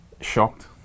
shocked